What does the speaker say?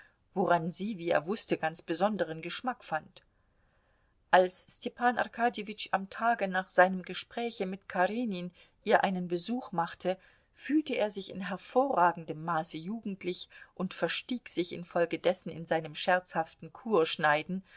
woran sie wie er wußte ganz besonderen geschmack fand als stepan arkadjewitsch am tage nach seinem gespräche mit karenin ihr einen besuch machte fühlte er sich in hervorragendem maße jugendlich und verstieg sich infolgedessen in seinem scherzhaften